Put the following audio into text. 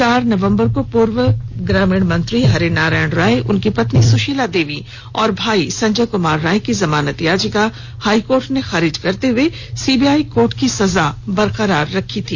चार नवंबर को पूर्व ग्रामीण मंत्री हरिनारायण राय उनकी पत्नी सुशीला देवी और भाई संजय कमार राय की जमानत याचिका हाईकोर्ट ने खारिज करते हुए सीबीआई कोर्ट की सजा बरकरार रखी थी